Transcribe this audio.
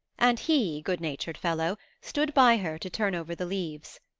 and he, good-natured fellow, stood by her to turn over the leaves.